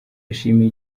yashimiye